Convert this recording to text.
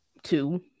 two